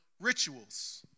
rituals